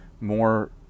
more